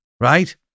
Right